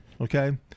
okay